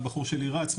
הבחור שלי רץ,